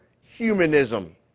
humanism